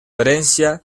herencia